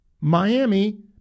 Miami